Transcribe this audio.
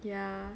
ya